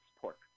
pork